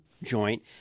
joint